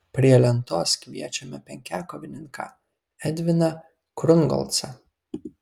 prie lentos kviečiame penkiakovininką edviną krungolcą